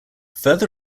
further